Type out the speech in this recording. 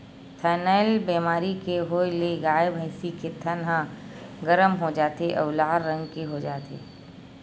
थनैल बेमारी के होए ले गाय, भइसी के थन ह गरम हो जाथे अउ लाल रंग के हो जाथे